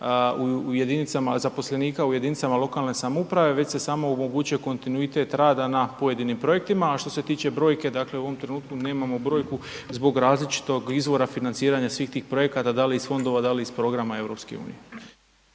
broj zaposlenika u jedinicama lokalne samouprave već se samo omogućuje kontinuitet rada na pojedinim projektima. A što se tiče brojke, dakle u ovom trenutku nemamo brojku zbog različitog izvora financiranja svih tih projekata da li iz fondova, da li iz programa EU.